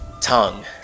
tongue